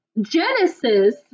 Genesis